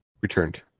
returned